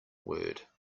word